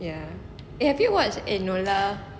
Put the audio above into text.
ya have you watched enola